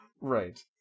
Right